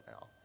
now